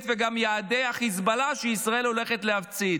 וגם יעדי חיזבאללה שישראל הולכת להפציץ.